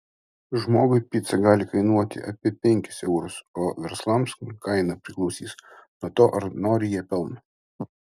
žmogui pica gali kainuoti apie penkis eurus o verslams kaina priklausys nuo to ar nori jie pelno